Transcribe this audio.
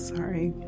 Sorry